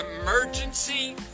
emergency